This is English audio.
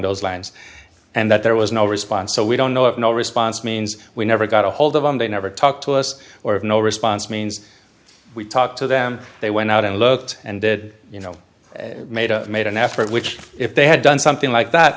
lines and that there was no response so we don't know of no response means we never got a hold of him they never talked to us or of no response means we talked to them they went out and looked and did you know made a made an effort which if they had done something like that